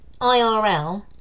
IRL